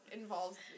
involves